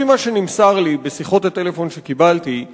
לפי מה שנמסר לי בשיחות הטלפון שקיבלתי,